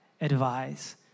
advise